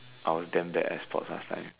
I was damn bad at sports last time